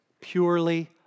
Purely